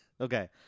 Okay